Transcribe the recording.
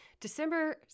December